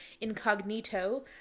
incognito